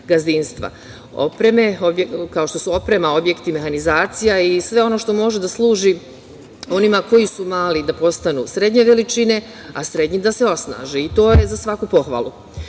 gazdinstva, kao što su oprema, objekti, mehanizacija i sve ono što može da služi onima koji su mali da postanu srednje veličine a srednji da se osnaže i to je za svaku pohvalu.Međutim,